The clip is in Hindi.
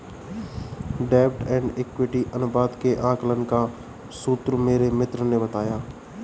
डेब्ट एंड इक्विटी अनुपात के आकलन का सूत्र मेरे मित्र ने बताया